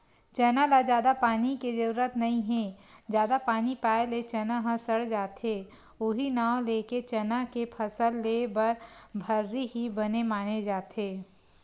चना ल जादा पानी के जरुरत नइ हे जादा पानी पाए ले चना ह सड़ जाथे उहीं नांव लेके चना के फसल लेए बर भर्री ही बने माने जाथे